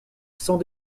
sans